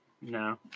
No